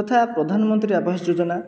ଯଥା ପ୍ରଧାନମନ୍ତ୍ରୀ ଆବାସ ଯୋଜନା